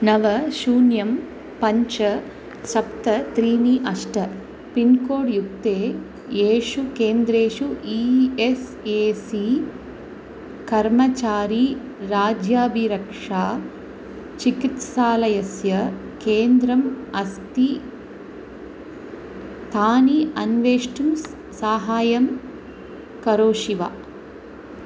नव शून्यं पञ्च सप्त त्रीणि अष्ट पिन्कोड्युक्ते येषु केन्द्रेषु ई एस् ए सी कर्मचारीराज्याभिरक्षा चिकित्सालयस्य केन्द्रम् अस्ति तानि अन्वेष्टुं सहायं करोषि वा